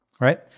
right